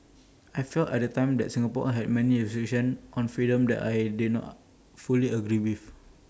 I felt at the time that Singapore had many restrictions on freedom that I did not fully agree with